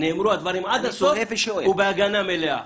נאמרו הדברים עד הסוף ובהגנה מלאה.